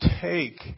take